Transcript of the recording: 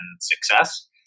success